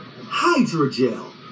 hydrogel